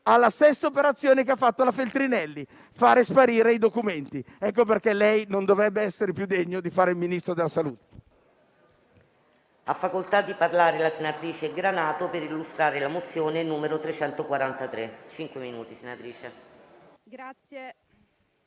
alla stessa operazione che ha fatto la Feltrinelli, ovvero far sparire i documenti. Ecco perché non dovrebbe essere più degno di fare il Ministro della salute.